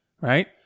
right